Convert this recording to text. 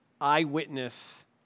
eyewitness